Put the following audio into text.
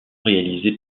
réalisé